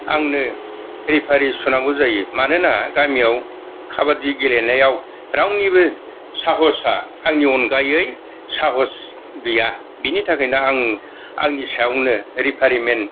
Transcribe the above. आंनो रेफरि सुनांगौ जायो मानोना गामियाव खाबादि गेलेनायाव रावनिबो साहसा आंनि अनगायै साहस गैया बिनि थाखायनो आं आंनि सायावनो रेफरि मेन